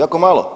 Jako malo.